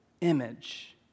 image